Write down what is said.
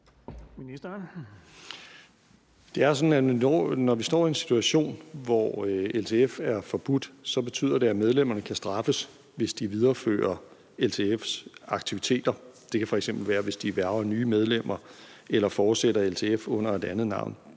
Det er jo sådan, at når vi står i en situation, hvor LTF er forbudt, betyder det, at medlemmerne kan straffes, hvis de viderefører LTF's aktiviteter. Det kan f.eks. være, hvis de hverver nye medlemmer eller fortsætter LTF under et andet navn.